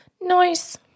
Nice